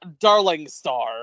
Darlingstar